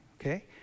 okay